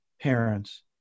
parents